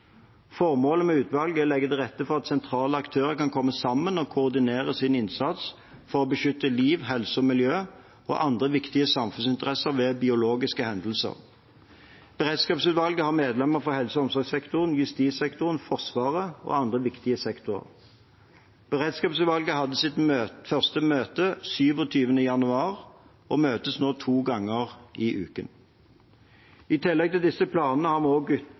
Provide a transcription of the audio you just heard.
Formålet med utvalget er å legge til rette for at sentrale aktører kan komme sammen og koordinere sin innsats for å beskytte liv, helse, miljø og andre viktige samfunnsinteresser ved biologiske hendelser. Beredskapsutvalget har medlemmer fra helse- og omsorgssektoren, justissektoren, Forsvaret og andre viktige sektorer. Beredskapsutvalget hadde sitt første møte 27. januar og møtes nå to ganger i uken. I tillegg til disse planene har vi